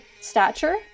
stature